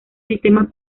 sistemas